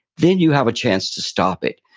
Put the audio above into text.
then you have a chance to stop it.